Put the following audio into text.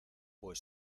pues